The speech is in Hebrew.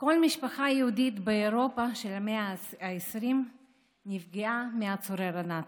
כל משפחה יהודית באירופה של המאה ה-20 נפגעה מהצורר הנאצי.